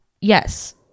Yes